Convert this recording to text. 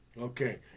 okay